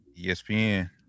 ESPN